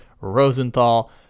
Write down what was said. Rosenthal